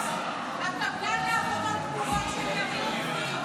לא יעבור, שמחה.